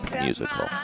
Musical